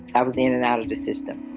i was in and out of the system